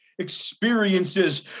experiences